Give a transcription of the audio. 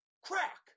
Crack